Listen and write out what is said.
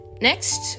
Next